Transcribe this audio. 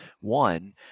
one